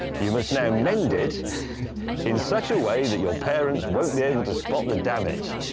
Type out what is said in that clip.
you must now mend it in such a way that your parents won't be able to spot the damage.